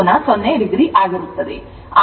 ಕೋನ 0o ಆಗಿರುತ್ತದೆ